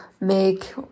make